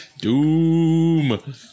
Doom